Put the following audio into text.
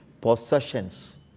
possessions